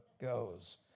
goes